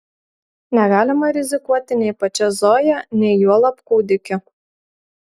negalima rizikuoti nei pačia zoja nei juolab kūdikiu